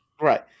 Right